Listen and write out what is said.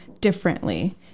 differently